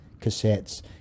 cassettes